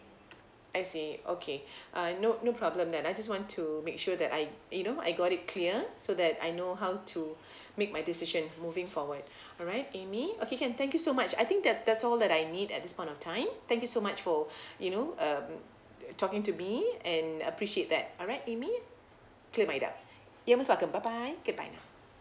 I see okay uh no no problem then I just want to make sure that I you know I got it clear so that I know how to make my decision moving forward alright amy okay can thank you so much I think that that's all that I need at this point of time thank you so much for you know um talking to me and appreciate that alright amy clear my doubt you're most welcome bye bye